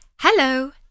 Hello